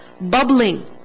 bubbling